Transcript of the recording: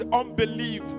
unbelief